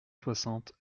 soixante